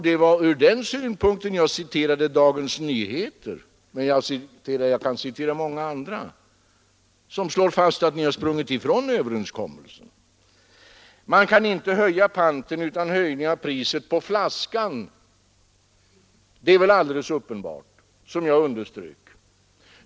Det var på den punkten jag citerade Dagens Nyheter — men jag kan också citera många andra tidningar som slår fast att ni har sprungit ifrån överenskommelsen. Det är väl alldeles uppenbart, som jag underströk, att man inte kan höja panten utan höjning av priset på flaskan.